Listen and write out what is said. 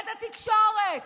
את התקשורת,